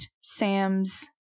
Sam's